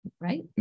right